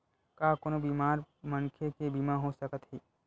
का कोनो बीमार मनखे के बीमा हो सकत हे?